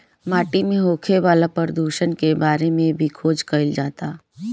माटी में होखे वाला प्रदुषण के बारे में भी खोज कईल जाता